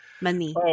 Money